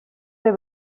ser